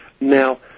Now